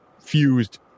fused